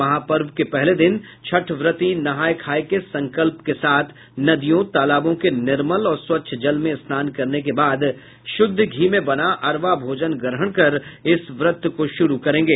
महापर्व के पहले दिन छठव्रती नहाय खाय के संकल्प के साथ नदियों तालाबों के निर्मल और स्वच्छ जल में स्नान करने के बाद शुद्ध घी में बना अरवा भोजन ग्रहण कर इस व्रत को शुरू करेंगे